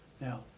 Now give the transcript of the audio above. Now